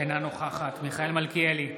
אינה נוכחת מיכאל מלכיאלי,